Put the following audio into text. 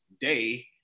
day